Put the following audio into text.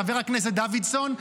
חבר הכנסת דוידסון,